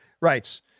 writes